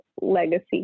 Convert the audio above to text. legacy